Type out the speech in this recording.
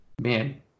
man